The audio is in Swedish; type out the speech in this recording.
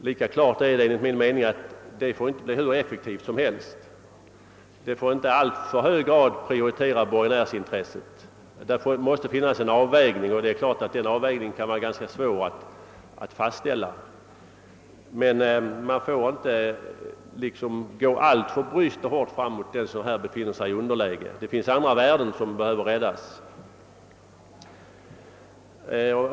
Lika klart är dock enligt min mening att detta inte får bli hur effektivt som helst. Det får inte i alltför hög grad prioritera borgenärsintresset. Det måste finnas en avvägning, och denna kan givetvis vara svår att fastställa. Men man får inte gå alltför bryskt fram mot dem som härvidlag befinner sig i underläge. Det finns andra värden som behöver räddas.